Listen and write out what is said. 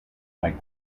like